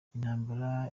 intambara